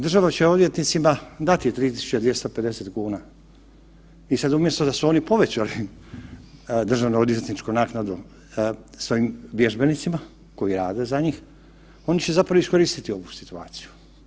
Država će odvjetnicima dati 3.250 kuna i sad umjesto da su oni povećali državno odvjetničku naknadu svojim vježbenicima koji rade za njih oni će zapravo iskoristiti ovu situaciju.